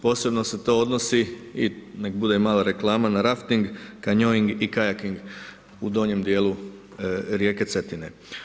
Posebno se to odnosi i neka bude mala reklama na rafting, kanjoing i kajakin u donjem dijelu rijeke Cetine.